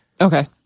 Okay